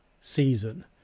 season